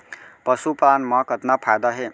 पशुपालन मा कतना फायदा हे?